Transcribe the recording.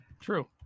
True